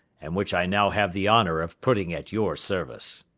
and which i now have the honour of putting at your service.